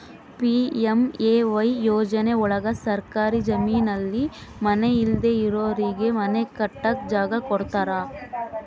PMAY ಯೋಜನೆ ಒಳಗ ಸರ್ಕಾರಿ ಜಮೀನಲ್ಲಿ ಮನೆ ಇಲ್ದೆ ಇರೋರಿಗೆ ಮನೆ ಕಟ್ಟಕ್ ಜಾಗ ಕೊಡ್ತಾರ